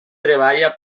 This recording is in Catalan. treballa